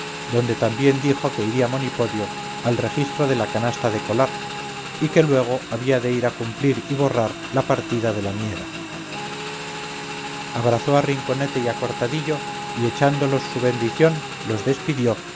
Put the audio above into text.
donde también dijo que iría monipodio al registro de la canasta de colar y que luego había de ir a cumplir y borrar la partida de la miera abrazó a rinconete y a cortadillo y echándolos su bendición los despidió